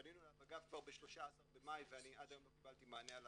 פנינו אליו אגב כבר ב-13 במאי ואני עד היום לא קיבלתי מענה על